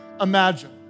imagine